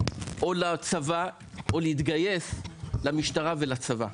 לצבא או להתגייס למשטרה ולצבא?